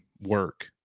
work